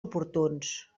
oportuns